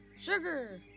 Sugar